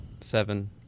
Seven